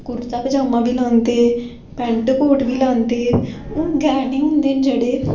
कुर्ता पजामां बी लांदे पैन्ट कोट बी लांदे हून गैह्ने होंदे न जेह्ड़े